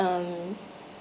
um